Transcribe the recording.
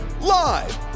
live